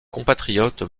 compatriote